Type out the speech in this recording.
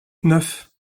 neuf